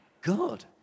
good